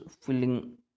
filling